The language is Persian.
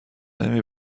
نمی